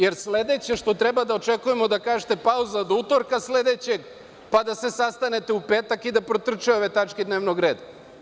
Da li je sledeće što treba da očekujemo, da kažete, pauza do utorka sledećeg, pa da se sastanete u petak i da protrče ove tačke dnevnog reda?